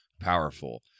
powerful